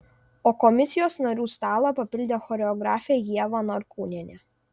o komisijos narių stalą papildė choreografė ieva norkūnienė